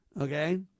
Okay